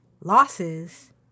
losses